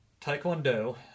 Taekwondo